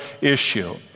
issue